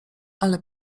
ale